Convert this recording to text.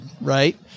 right